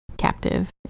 Captive